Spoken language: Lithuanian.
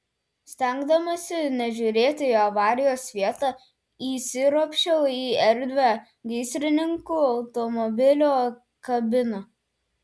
stengdamasi nežiūrėti į avarijos vietą įsiropščiau į erdvią gaisrininkų automobilio kabiną